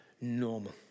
normal